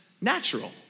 natural